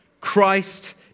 Christ